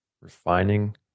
refining